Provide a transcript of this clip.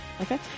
Okay